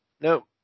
No